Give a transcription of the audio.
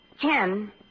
Ken